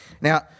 Now